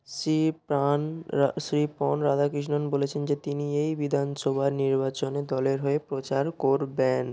শ্রী প্রাণ রা শ্রী পণ রাধাকৃষ্ণন বলেছেন যে তিনি এই বিধানসভা নির্বাচনে দলের হয়ে প্রচার করবেন